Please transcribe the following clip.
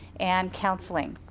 and counseling.